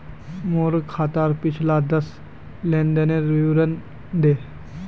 मोर खातार पिछला दस लेनदेनेर विवरण दे